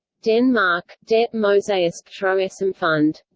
denmark det mosaiske troessamfund